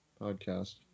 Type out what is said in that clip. podcast